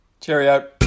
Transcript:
Cheerio